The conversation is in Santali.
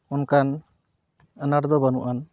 ᱚᱱᱠᱟᱱ ᱟᱱᱟᱴ ᱫᱚ ᱵᱟᱹᱱᱩᱜ ᱟᱱ